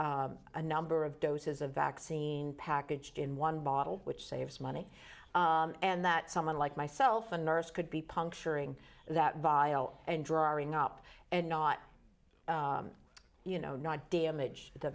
a number of doses of vaccine packaged in one bottle which saves money and that someone like myself a nurse could be puncturing that bio and driving up and not you know not damage the